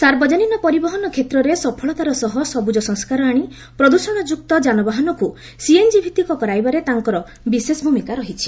ସାର୍ବଜନୀନ ପରିବହନ କ୍ଷେତ୍ରରେ ସଫଳତାର ସହ ସବୁଜ ସଂସ୍କାର ଆଣି ପ୍ରଦ୍ଷଣଯୁକ୍ତ ଯାନବାହାନକୁ ସିଏନ୍ଜିଭିଭିକ କରାଇବାରେ ତାଙ୍କର ବିଶେଷ ଭୂମିକା ରହିଛି